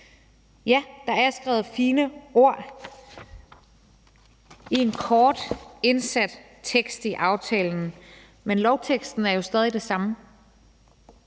Ja, der er skrevet fine ord i en kort indsat tekst i aftalen, men lovteksten er stadig væk den samme,